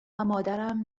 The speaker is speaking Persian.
مادرم